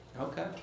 Okay